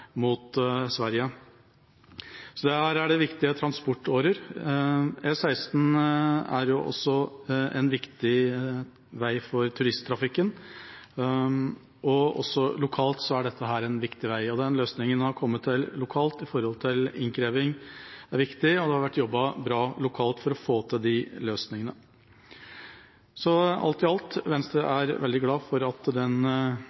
mot Sverige. Så dette er viktige transportårer. E16 er også en viktig vei for turisttrafikken. Også lokalt er dette en viktig vei. Den løsningen en har kommet fram til lokalt når det gjelder innkreving, er viktig. Det har vært jobbet bra lokalt for å få til disse løsningene. Alt i alt: Venstre er veldig glad for at